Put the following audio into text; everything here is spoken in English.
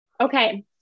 Okay